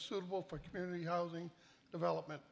suitable for community housing development